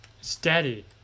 Steady